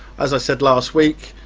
as i said last week,